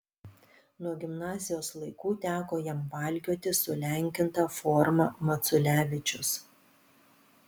nuo gimnazijos laikų teko jam valkioti sulenkintą formą maculevičius